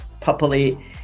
properly